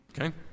Okay